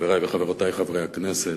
חברי וחברותי חברי הכנסת,